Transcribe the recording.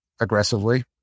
aggressively